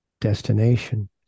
destination